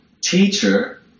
teacher